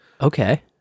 Okay